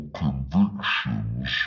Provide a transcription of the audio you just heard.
convictions